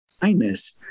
kindness